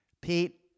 Pete